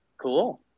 Cool